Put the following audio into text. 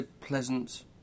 pleasant